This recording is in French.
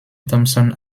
thomson